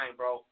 bro